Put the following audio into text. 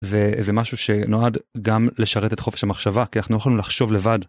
וזה משהו שנועד גם לשרת את חופש המחשבה, כי אנחנו לא יכולים לחשוב לבד.